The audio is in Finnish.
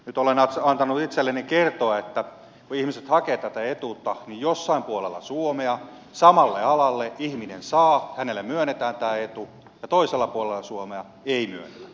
nyt olen antanut itselleni kertoa että kun ihmiset hakevat tätä etuutta niin jossain puolella suomea ihmiselle myönnetään tämä etu ja toisella puolella suomea samalle alalle ei myönnetä tätä etua